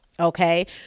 Okay